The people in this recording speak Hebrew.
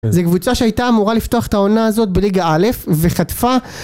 זה קבוצה שהייתה אמורה לפתוח את העונה הזאת בליגה א' וחטפה.